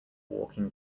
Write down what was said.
walking